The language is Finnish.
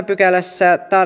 pykälässä